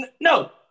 no